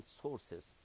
sources